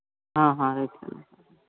हाँ हाँ एक सौ